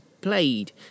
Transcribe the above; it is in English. played